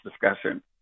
discussion